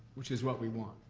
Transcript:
which is what we want.